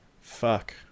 fuck